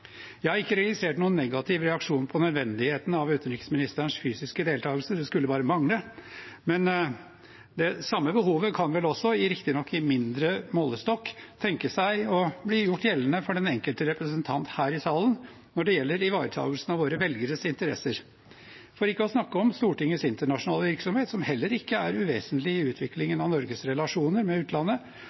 Jeg har ikke registrert noen negativ reaksjon på nødvendigheten av utenriksministerens fysiske deltakelse – det skulle bare mangle – men det samme behovet kan vel også, riktignok i mindre målestokk, tenke seg å bli gjort gjeldende for den enkelte representant her i salen når det gjelder ivaretakelsen av våre velgeres interesser? For ikke å snakke om Stortingets internasjonale virksomhet, som heller ikke er uvesentlig i utviklingen av Norges relasjoner med utlandet,